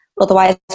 otherwise